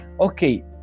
okay